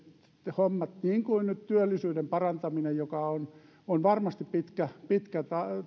hommat niin kuin nyt työllisyyden parantaminen joka on on varmasti pitkä pitkä